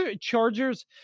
Chargers